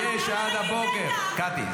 יש עד הבוקר, קטי.